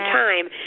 time